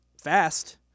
fast